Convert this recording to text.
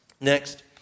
Next